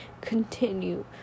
continue